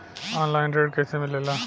Online ऋण कैसे मिले ला?